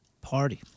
Party